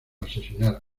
asesinar